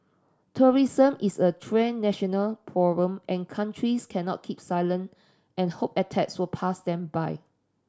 terrorism is a transnational problem and countries cannot keep silent and hope attacks will pass them by